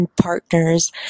partners